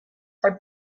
are